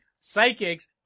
psychics